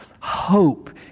hope